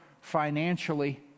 financially